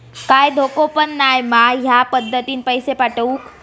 काय धोको पन नाय मा ह्या पद्धतीनं पैसे पाठउक?